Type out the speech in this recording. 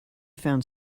found